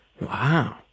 Wow